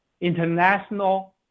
international